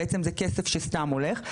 בעצם זה כסף שסתם הולך.